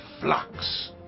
flux